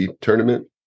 tournament